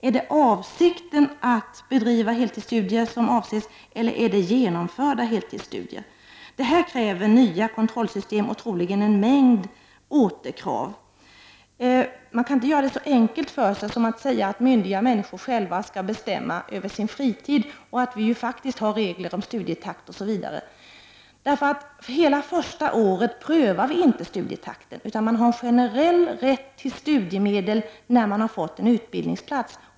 Är det avsikten att bedriva heltidsstudier som avses, eller är det genomförda heltidsstudier? Detta kräver nya kontrollsystem och troligen en mängd återkrav. Man kan inte göra det så enkelt för sig att man säger att myndiga människor själva skall bestämma över sin fritid, att vi ju faktiskt har regler om studietakt, osv. Under hela första året prövar vi nämligen inte studietakten, utan man har en generell rätt till studiemedel när man har fått en utbildningsplats.